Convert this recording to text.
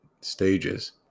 stages